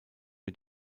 mit